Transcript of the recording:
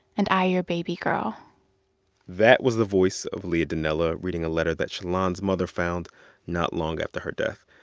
and i, your baby girl that was the voice of leah donnella reading a letter that shalon's mother found not long after her death.